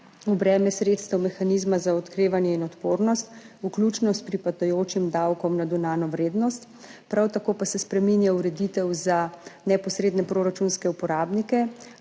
v breme sredstev mehanizma za okrevanja in odpornost, vključno s pripadajočim davkom na dodano vrednost. Prav tako pa se spreminja ureditev za neposredne proračunske uporabnike.